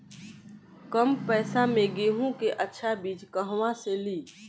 कम पैसा में गेहूं के अच्छा बिज कहवा से ली?